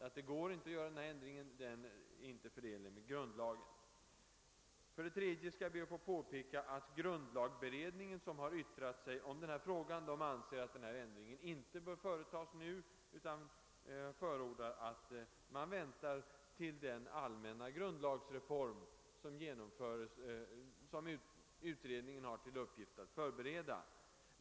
För det tredje vill jag framhålla att grundlagberedningen, som har yttrat sig i frågan, anser att denna ändring inte bör företas nu, utan förordar att saken får anstå tills den allmänna grundlagsreform, som utredningen har till uppgift att förbereda, genomförs.